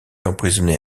emprisonné